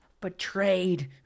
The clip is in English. betrayed